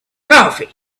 coffee